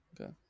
Okay